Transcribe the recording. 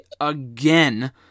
again